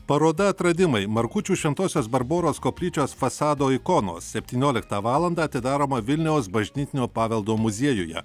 paroda atradimai markučių šventosios barboros koplyčios fasado ikonos septynioliktą valandą atidaroma vilniaus bažnytinio paveldo muziejuje